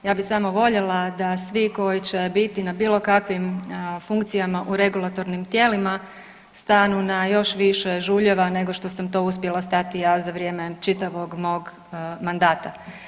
Ja bi samo voljela da svi koji će biti na bilo kojim funkcijama u regulatornim tijelima stanu na još više žuljeva nego što sam to uspjela stati ja za vrijeme čitavog mog mandata.